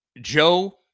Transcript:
Joe